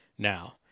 Now